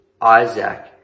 Isaac